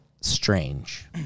strange